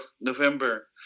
November